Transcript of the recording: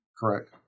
Correct